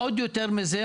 הפער עוד יותר מזה,